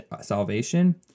salvation